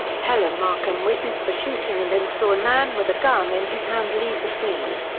helen markham witnessed the shooting and then saw a man with a gun in his hand leave the scene.